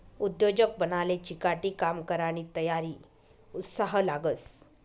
उद्योजक बनाले चिकाटी, काम करानी तयारी, उत्साह लागस